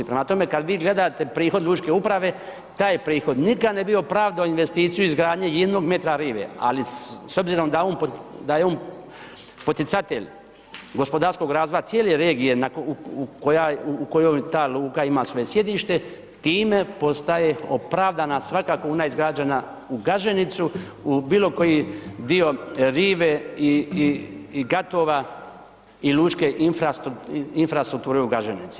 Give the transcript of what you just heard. Prema tome, kada vi gledate prihod lučke uprave, taj prihod nikad ne bi opravdao investiciju izgradnje jednog metra rive, ali s obzirom da je on poticatelj gospodarskog razvoja cijele regije u kojoj ta luka ima svoje sjedište, time postaje opravdana svaka kuna izgrađena u Gaženicu, u bilo koji dio rive i gatova i lučke infrastrukture u Gaženici.